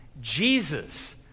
Jesus